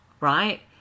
right